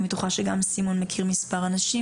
אני בטוחה שגם סימון מכיר מספר אנשים,